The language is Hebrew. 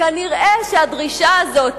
כנראה הדרישה הזאת,